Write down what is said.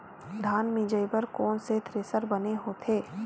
धान मिंजई बर कोन से थ्रेसर बने होथे?